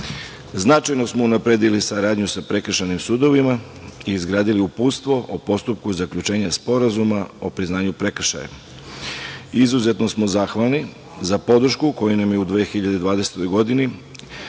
Značajno smo unapredili saradnju sa prekršajnim sudovima i izradili Uputstvo o postupku zaključenja sporazuma o priznanju prekršaja. Izuzetno smo zahvalni za podršku koju su nam u 2020. godini